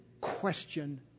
question